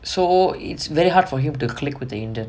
so it's very hard for him to click with the indian